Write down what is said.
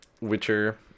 Witcher